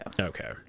Okay